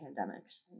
pandemics